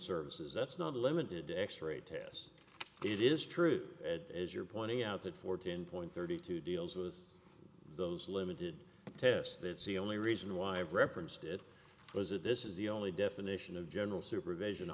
services that's not limited to x ray tests it is true as you're pointing out that fourteen point thirty two deals was those limited tests that see only reason why i've referenced it was that this is the only definition of general supervision